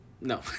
no